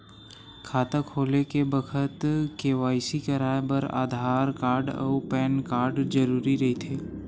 खाता खोले के बखत के.वाइ.सी कराये बर आधार कार्ड अउ पैन कार्ड जरुरी रहिथे